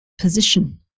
position